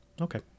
Okay